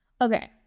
okay